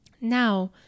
now